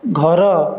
ଘର